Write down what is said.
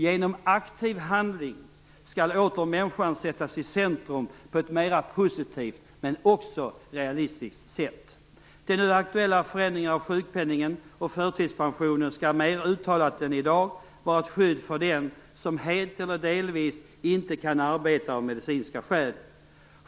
Genom aktiv handling skall människan åter sättas i centrum på ett mera positivt men också realistiskt sätt. De nu aktuella förändringarna av sjukpenningen och förtidspensionen skall mer uttalat än i dag vara ett skydd för den som helt eller delvis är förhindrad att arbeta av medicinska skäl.